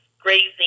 grazing